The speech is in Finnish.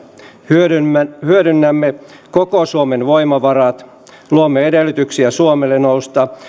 hyödynnämme hyödynnämme koko suomen voimavarat luomme edellytyksiä suomelle nousta